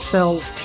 Cell's